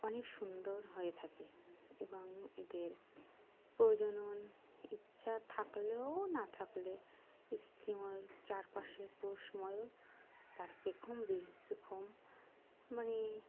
অনেক সুন্দর হয়ে থাকে এবং এদের প্রজনন ইচ্ছা থাকলেও না থাকলে স্ত্রী ময়ূর চারপাশে পুরুষ ময়ূর তার পেখম পেখম মানে